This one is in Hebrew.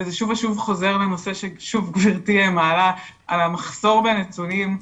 וזה שוב ושוב חוזר לנושא ששוב גברתי מעלה - על המחסור בנתונים.